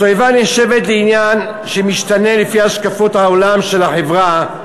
התועבה נחשבת לעניין שמשתנה לפי השקפות העולם של החברה.